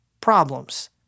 problems